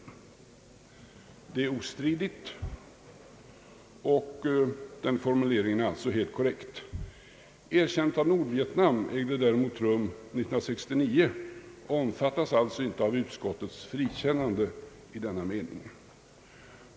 Det är ostri digt, och den formuleringen är alltså helt korrekt. Erkännandet av Nordvietnam ägde däremot rum år 1969 och omfattas alltså inte av utskottets frikännande i denna mening.